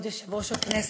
כבוד יושב-ראש הכנסת,